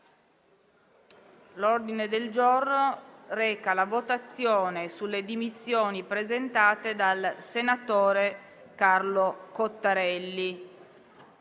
L'ordine del giorno reca: «Votazione sulle dimissioni presentate dal senatore Cottarelli».